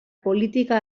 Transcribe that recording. politika